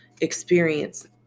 experience